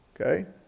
okay